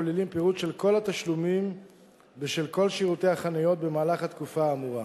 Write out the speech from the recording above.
הכוללת פירוט של כל התשלומים בשל כל שירותי החניות במהלך התקופה האמורה.